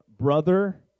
brother